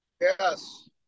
Yes